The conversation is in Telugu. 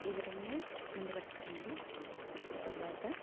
ఇవి రెండూ ముందు పట్టుకురండి తరువాత